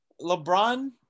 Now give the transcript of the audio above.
LeBron